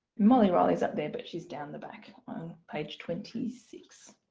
molly riley's up there but she's down the back on page twenty six.